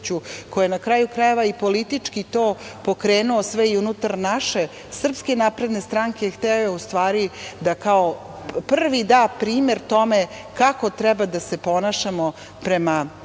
koji je na kraju krajeva i politički pokrenuo sve to i unutar naše SNS, hteo je ustvari da kao prvi da primer tome kako treba da se ponašamo, prema